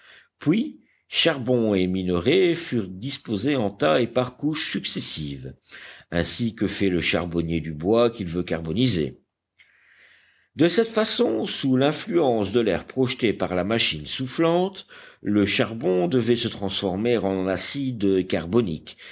puis charbon et minerai furent disposés en tas et par couches successives ainsi que fait le charbonnier du bois qu'il veut carboniser de cette façon sous l'influence de l'air projeté par la machine soufflante le charbon devait se transformer en acide carbonique